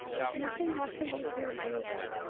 there's nothing left for you here anyway!